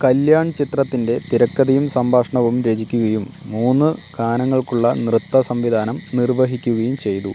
കല്യാൺ ചിത്രത്തിൻ്റെ തിരക്കഥയും സംഭാഷണവും രചിക്കുകയും മൂന്ന് ഗാനങ്ങൾക്കുള്ള നൃത്ത സംവിധാനം നിർവഹിക്കുകയും ചെയ്തു